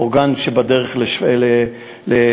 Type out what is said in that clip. אורגן בדרך לתמרה,